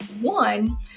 One